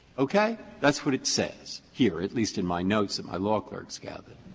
okay? that's what it says here, at least in my notes that my law clerks gathered.